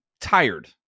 tired